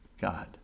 God